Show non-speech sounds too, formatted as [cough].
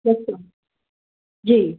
[unintelligible] जी